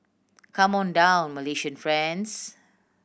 come on down Malaysian friends